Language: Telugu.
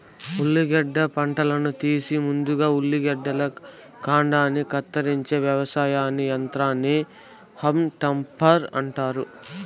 ఉర్లగడ్డ పంటను తీసే ముందు ఉర్లగడ్డల కాండాన్ని కత్తిరించే వ్యవసాయ యంత్రాన్ని హాల్మ్ టాపర్ అంటారు